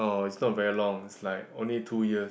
oh it's not very long it's like only two years